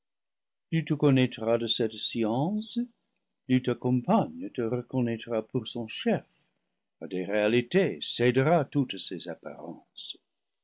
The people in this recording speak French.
tu connaîtras de cette science plus ta compagne te reconnaîtra pour son chef à des réalités cédera toutes ses apparences